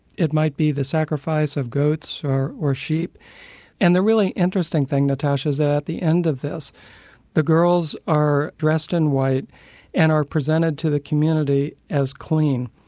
it might be the sacrifice of goats or or sheep and the really interesting thing, natasha, is that at the end of this the girls are dressed in white and are presented to the community as clean.